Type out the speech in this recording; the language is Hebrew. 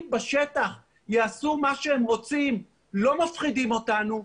בשטח יעשו מה שהם רוצים לא מפחידים אותנו,